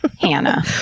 Hannah